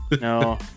No